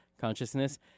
consciousness